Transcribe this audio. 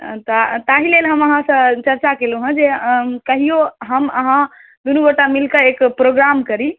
तऽ ताहि लेल हम अहाँसँ चर्चा कएलहुँ हँ जे हम कहिऔ हम अहाँ दूनू गोटा मिलिके एक प्रोग्राम करी